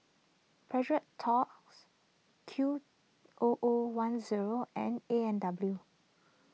Precious Thots Q O O one zero and A and W